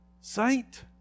Saint